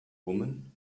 women